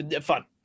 Fun